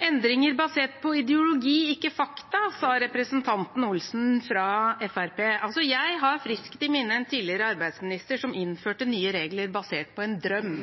Endringer basert på ideologi, ikke fakta, nevnte representanten Olsen fra Fremskrittspartiet. Jeg har friskt i minne en tidligere arbeidsminister som innførte nye regler basert på en drøm.